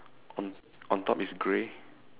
on on top is gray